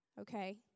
okay